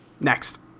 Next